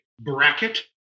bracket